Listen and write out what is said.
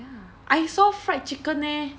I saw fried chicken eh